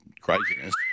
craziness